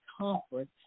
comfort